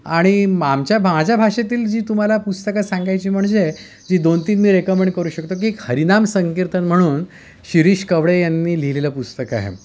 आणि आमच्या माझ्या भाषेतील जी तुम्हाला पुस्तकं सांगायची म्हणजे जी दोन तीन मी रेकमेंड करू शकतो की एक हरीनाम संकीर्तन म्हणून शिरीष कवडे यांनी लिहिलेलं पुस्तक आहे